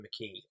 McKee